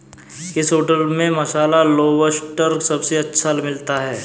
किस होटल में मसाला लोबस्टर सबसे अच्छा मिलता है?